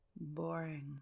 boring